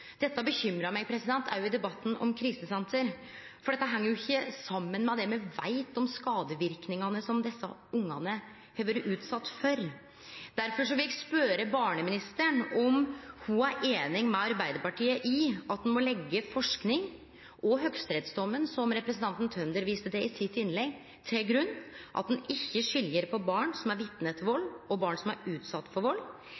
Dette bekymrar meg òg i debatten om krisesenter, for dette heng ikkje saman med det me veit om skadeverknadene som desse ungane har vore utsette for. Derfor vil eg spørje barneministeren om ho er einig med Arbeidarpartiet i at ein må leggje forsking og høgsterettsdommen som representanten Tønder viste til i innlegget sitt, til grunn, og at ein ikkje skil mellom barn som er vitne til vald,